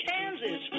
Kansas